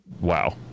Wow